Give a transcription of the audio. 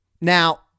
Now